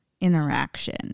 Interaction